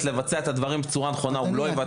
לבצע את הדברים בצורה נכונה אז הוא לא יבצע.